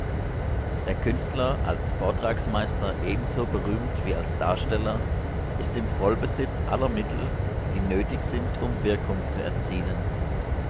der künstler als vortragsmeister ebenso berühmt wie als darsteller ist im vollbesitz aller mittel die nötig sind um wirkung zu erzielen